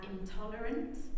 intolerant